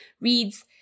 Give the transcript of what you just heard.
reads